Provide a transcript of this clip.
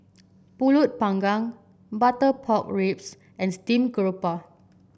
pulut panggang Butter Pork Ribs and Steamed Garoupa